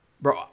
Bro